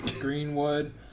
greenwood